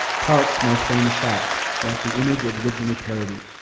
parks most famous shot, like the image it originally parodied,